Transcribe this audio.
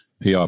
pr